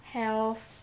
health